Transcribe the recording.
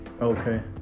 Okay